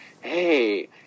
hey